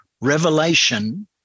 Revelation